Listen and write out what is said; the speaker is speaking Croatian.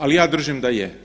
Ali ja držim da je.